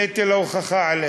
נטל ההוכחה עליכם.